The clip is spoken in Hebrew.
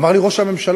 אמר לי ראש הממשלה: